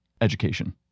education